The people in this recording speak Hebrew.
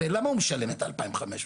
הרי, למה הוא משלם את האלפיים חמש מאות?